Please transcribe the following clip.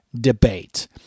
debate